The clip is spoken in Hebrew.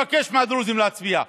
אל תבקשו מהדרוזים להצביע.